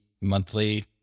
monthly